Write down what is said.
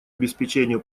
обеспечению